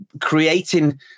creating